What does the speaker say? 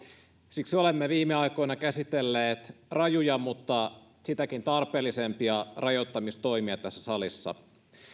siksi olemme viime aikoina käsitelleet rajuja mutta sitäkin tarpeellisempia rajoittamistoimia tässä salissa